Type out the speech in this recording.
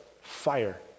fire